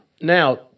Now